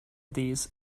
these